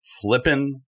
flippin